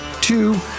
two